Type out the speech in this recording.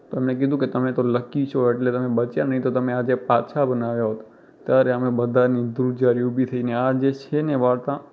તો મેં કીધું કે તમે તો લક્કી છો એટલે તમે બચ્યા નહીં તો તમે આજે પાછા પણ ન આવ્યા હોત ત્યારે અમે બધાની ધ્રૂજારી ઊભી થઈ ને આ જે છે ને વાર્તા